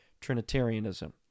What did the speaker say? Trinitarianism